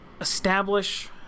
establish